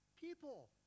people